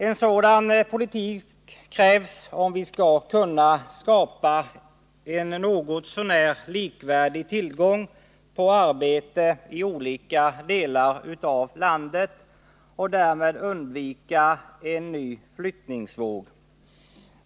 En sådan politik krävs om vi skall kunna skapa en något så när likvärdig tillgång på arbete i olika delar av landet och därmed undvika en ny flyttningsvåg.